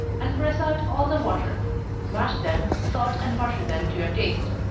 and press out all the water mash them, salt and butter them to your taste.